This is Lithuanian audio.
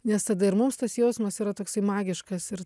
nes tada ir mums tas jausmas yra toksai magiškas ir